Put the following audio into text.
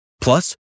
Plus